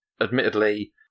admittedly